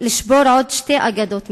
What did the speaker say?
שתי אגדות מרכזיות.